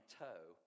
toe